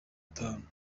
atatu